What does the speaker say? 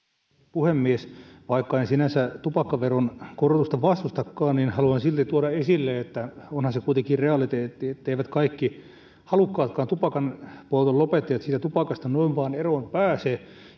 puhemies vaikka en sinänsä tupakkaveron korotusta vastustakaan haluan silti tuoda esille että onhan se kuitenkin realiteetti etteivät kaikki halukkaatkaan tupakanpolton lopettajat siitä tupakasta noin vain eroon pääse